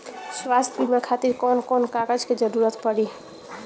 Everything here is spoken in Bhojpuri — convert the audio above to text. स्वास्थ्य बीमा खातिर कवन कवन कागज के जरुरत पड़ी?